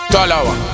Talawa